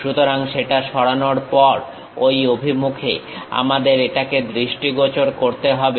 সুতরাং সেটা সরানোর পর ঐ অভিমুখে আমাদের এটাকে দৃষ্টিগোচর করতে হবে